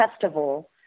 festival